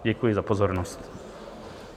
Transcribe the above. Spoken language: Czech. Děkuji za pozornost.